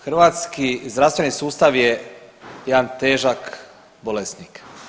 Hrvatski zdravstveni sustav je jedan težak bolesnik.